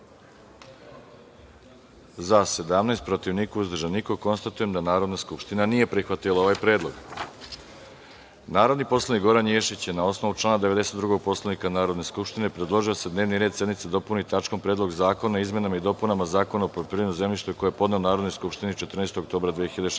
– 17, protiv – niko, uzdržanih – nema. Konstatuje da Narodna skupština nije prihvatila ovaj predlog. Narodni poslanik Goran Ješić je na osnovu člana 92. Poslovnika Narodne skupštine predložio da se dnevni red sednice dopuni tačkom – Predlog zakona o izmenama i dopunama Zakona o poljoprivrednom zemljištu, koji je podneo Narodnoj skupštini 14. oktobra 2016.